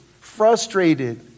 frustrated